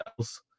else